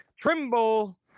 Trimble